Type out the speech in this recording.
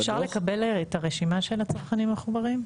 אפשר לקבל את הרשימה של הצרכנים המחוברים?